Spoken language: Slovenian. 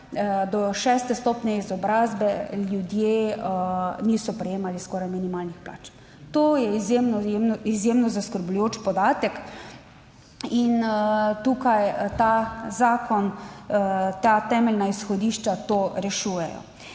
do šeste stopnje izobrazbe ljudje niso prejemali skoraj minimalnih plač? To je izjemno, izjemno zaskrbljujoč podatek in tukaj ta zakon, ta temeljna izhodišča to rešujejo.